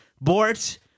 Bort